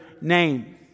name